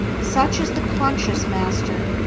such is the conscious master,